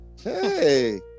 hey